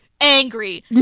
angry